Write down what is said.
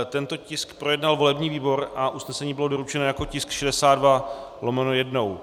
Tento tisk projednal volební výbor a usnesení bylo doručeno jako tisk 62/1.